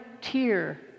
tear